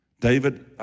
David